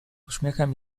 uśmiechem